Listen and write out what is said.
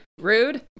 Rude